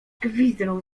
gwizdnął